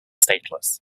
stateless